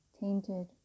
tainted